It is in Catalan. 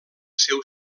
seu